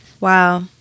Wow